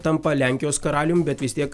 tampa lenkijos karalium bet vis tiek